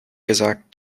gesagt